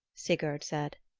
sigurd said.